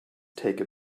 take